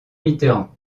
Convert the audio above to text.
mitterrand